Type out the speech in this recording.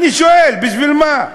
אני שואל, בשביל מה?